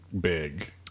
big